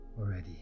Already